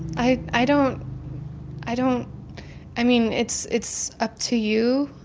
i i don't i don't i mean, it's it's up to you,